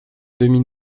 demi